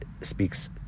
speaks